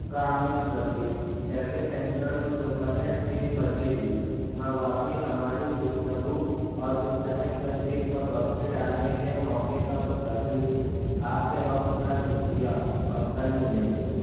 کامل ذکی کیفے سینٹلر میں دوپہر تین بجے ہی مع باقی ہماری گفتگو اور اس اہم تحریک پر روشنی ڈالنے کے موقعہ کا منتظر ہوں آپ کے وقت کا شکریہ اور کل ملیں گے